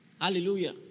Hallelujah